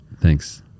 Thanks